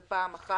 זה דבר אחד.